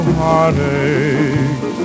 heartache